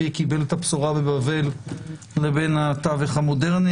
קיבל את הבשורה בבבל לבין התווך המודרני.